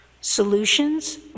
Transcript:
solutions